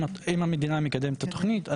אם המדינה מקדמת את התוכנית,